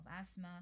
asthma